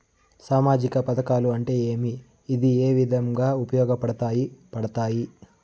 సామాజిక పథకాలు అంటే ఏమి? ఇవి ఏ విధంగా ఉపయోగపడతాయి పడతాయి?